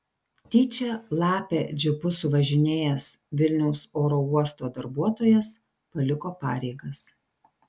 tyčia lapę džipu suvažinėjęs vilniaus oro uosto darbuotojas paliko pareigas